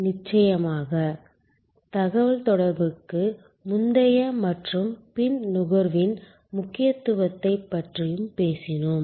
நிச்சயமாக தகவல்தொடர்புக்கு முந்தைய மற்றும் பின் நுகர்வின் முக்கியத்துவத்தைப் பற்றியும் பேசினோம்